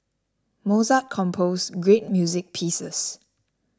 Mozart composed great music pieces